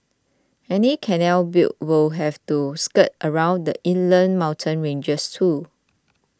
any canal built would have to skirt around the inland mountain ranges too